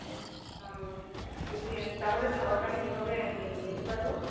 ওহ বলছি তাহলে খাবারটা আমি কিভাবে নিয়ে যেতে পারব